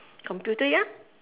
computer ya